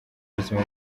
ubuzima